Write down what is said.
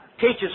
teaches